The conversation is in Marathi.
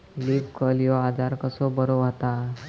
लीफ कर्ल ह्यो आजार कसो बरो व्हता?